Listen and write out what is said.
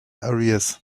arrears